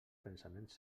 pensaments